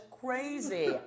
crazy